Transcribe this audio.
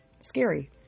Scary